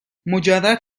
مجرد